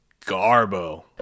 Garbo